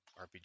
RPG